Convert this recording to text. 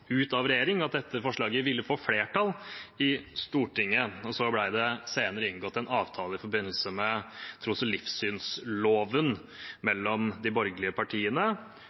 ut av regjering, at dette forslaget ville få flertall i Stortinget, og så ble det senere inngått en avtale i forbindelse med tros- og livssynsloven mellom de borgerlige partiene,